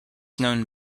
known